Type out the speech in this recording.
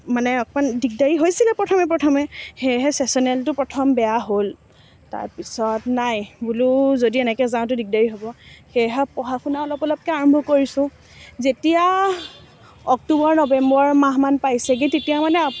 মানে অকণমান দিগদাৰি হৈছিলে প্ৰথমে প্ৰথমে সেয়েহে ছ্যেচনেলটো প্ৰথম বেয়া হ'ল তাৰ পিছত নাই বোলো যদি এনেকৈ যাওঁ তো দিগদাৰি হ'ব সেয়েহে পঢ়া শুনা অলপ অলপকৈ আৰম্ভ কৰিছোঁ যেতিয়া অক্টোবৰ নবেম্বৰ মাহমান পাইছেগৈ তেতিয়া মানে